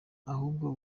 ahubwo